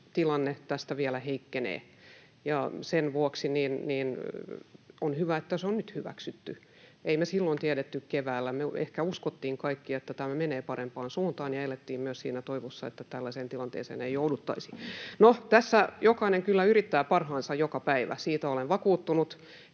tilanne tästä vielä heikkenee, ja sen vuoksi on hyvä, että se on nyt hyväksytty. Emme me silloin keväällä tienneet. Me ehkä uskoimme kaikki, että tämä menee parempaan suuntaan, ja elimme siinä toivossa, että tällaiseen tilanteeseen ei jouduttaisi. No, tässä jokainen kyllä yrittää parhaansa joka päivä, siitä olen vakuuttunut,